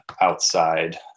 outside